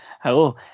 Hello